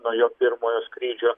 nuo jo pirmojo skrydžio